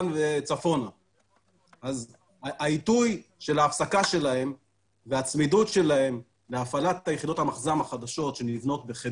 אחרי שנראה שהמערכת מתייצבת נוכל לבטל את המגבלה.